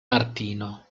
martino